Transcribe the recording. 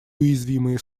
уязвимые